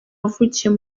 wavukiye